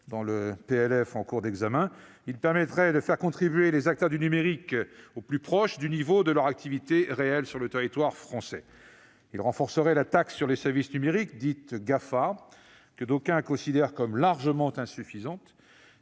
dans le PLF en cours d'examen, son vote définitif permettrait de faire contribuer les acteurs du numérique au plus proche du niveau de leurs activités réelles sur le territoire français. Il renforcerait la taxe sur les services numériques dite « GAFA », que d'aucuns considèrent comme largement insuffisante,